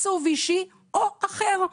תקצוב אישי או אחר.